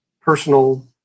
personal